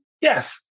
Yes